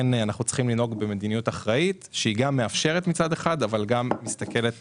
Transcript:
אנחנו צריכים לנהוג במדיניות אחראית שמאפשרת וגם מסתכלת